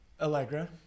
Allegra